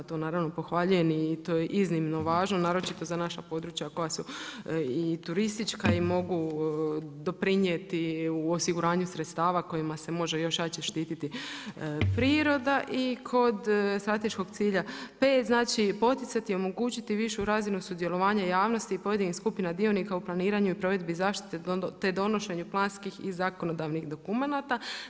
To pohvaljujem i to je iznimno važno, naročito za naša područja koja su i turistička i mogu doprinijeti u osiguranju sredstava kojima se može još jače štiti priroda i kod strateškog cilja 5, poticati, omogućiti višu razinu sudjelovanja javnosti pojedinih skupina dionika u planiranju i provedbu zaštite te donošenje planskih i zakonodavnih dokumenata.